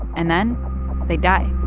and then they die